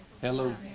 Hello